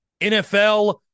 NFL